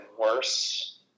worse